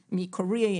מחקר מקוריאה.